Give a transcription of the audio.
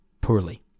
poorly